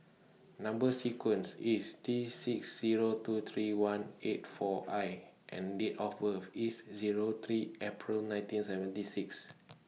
Number sequence IS T six Zero two three one eight four I and Date of birth IS Zero three April nineteen seventy six